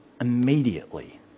immediately